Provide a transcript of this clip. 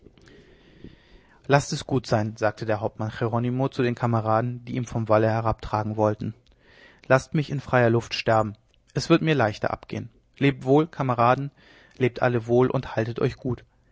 laßt es gut sein sagte der hauptmann jeronimo zu den kameraden die ihn vom walle herabtragen wollten laßt mich in freier luft sterben es wird mir leichter abgehen lebt wohl kameraden lebt alle wohl und haltet euch gut